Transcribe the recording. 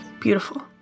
Beautiful